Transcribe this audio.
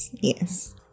yes